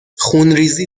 خونریزی